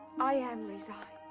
i am resigned.